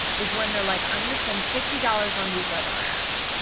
is when they're like, i'm gonna spend fifty dollars on these webinar ads.